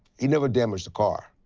he never damaged the car.